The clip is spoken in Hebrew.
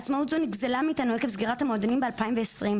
עצמאות זו נגזלה מאיתנו עקב סגירת המועדונים ב-2020.